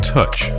Touch